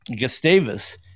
Gustavus